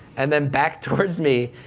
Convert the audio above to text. and then back towards me,